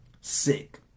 Sick